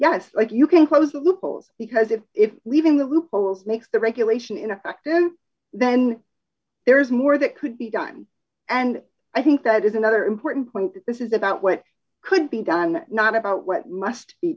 yes if you can close the loopholes because if if we even the loopholes makes the regulation ineffective then there's more that could be done and i think that is another important point that this is about what could be done not about what must be